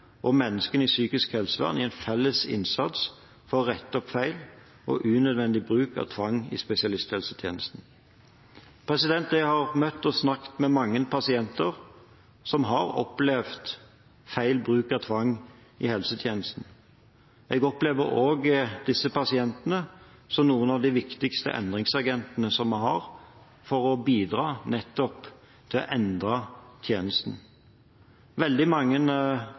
og menneskene i psykisk helsevern i en felles innsats for å rette opp feil og unødvendig bruk av tvang i spesialisthelsetjenesten. Jeg har møtt og snakket med mange pasienter som har opplevd feil bruk av tvang i helsetjenesten. Jeg opplever også disse pasientene som noen av de viktigste endringsagentene som vi har for å bidra nettopp til å endre tjenesten. Veldig mange,